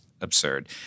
absurd